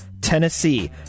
Tennessee